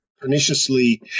perniciously